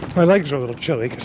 my legs are a little chilly.